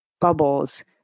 bubbles